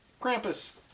Krampus